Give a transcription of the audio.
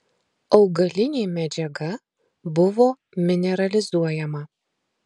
augalinė medžiaga buvo mineralizuojama